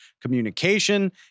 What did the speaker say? communication